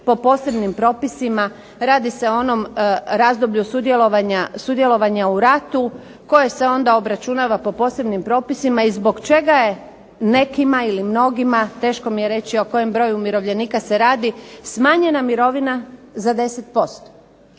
po posebnim propisima. Radi se o onom razdoblju sudjelovanja u ratu koje se onda obračunava po posebnim propisima i zbog čega je nekima ili mnogima, teško mi je reći o kojem broju umirovljenika se radi, smanjena mirovina za 10%.